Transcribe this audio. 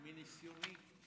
מניסיוני,